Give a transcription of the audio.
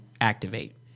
activate